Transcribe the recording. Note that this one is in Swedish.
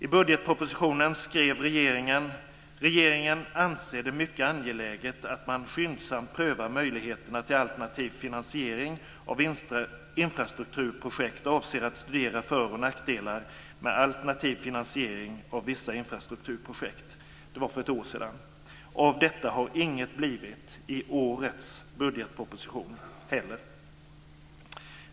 I budgetpropositionen skrev regeringen att regeringen ansåg det mycket angeläget att man skyndsamt prövade möjligheterna till alternativ finansiering av infrastrukturprojekt och avsåg att studera för och nackdelar med alternativ finansiering av vissa infrastrukturprojekt. Det var för ett år sedan. Av detta har inget blivit i årets budgetproposition heller.